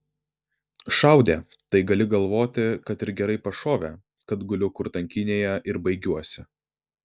šaudė tai gali galvoti kad ir gerai pašovė kad guliu kur tankynėje ir baigiuosi